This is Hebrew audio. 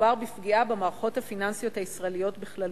מדובר בפגיעה במערכות הפיננסיות הישראליות בכללותן.